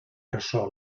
ressò